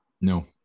no